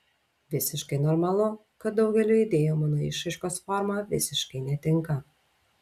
visiškai normalu kad daugeliui idėjų mano išraiškos forma visiškai netinka